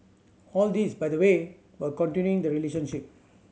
all this by the way while continuing the relationship